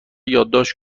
یادداشت